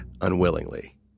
unwillingly